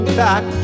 back